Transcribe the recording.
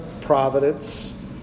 providence